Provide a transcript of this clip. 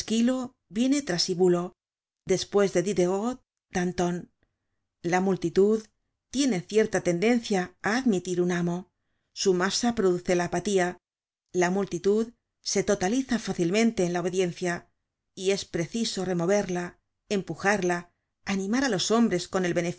viene trasibulo despues dediderot danton la multitud tiene cierta tendencia á admitir un amo su masa produce la apatía la multitud se totaliza fácilmente en la obediencia y es preciso removerla empujarla animará los hombres con el